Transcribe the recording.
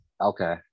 Okay